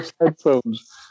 headphones